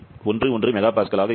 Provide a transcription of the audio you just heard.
11 MPa ஆக இருக்கும்